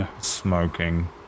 Smoking